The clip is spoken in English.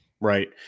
right